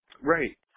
Right